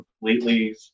completely